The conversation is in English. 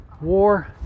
war